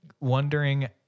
wondering